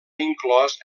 inclòs